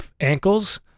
ankles